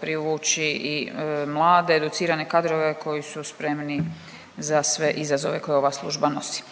privući i mlade educirane kadrove koji su spremni za sve izazove koje ova služba nosi.